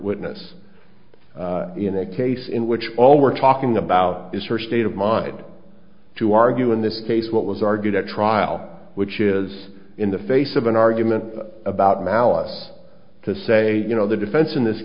witness in a case in which all we're talking about is her state of mind to argue in this case what was argued at trial which is in the face of an argument about malice to say you know the defense in this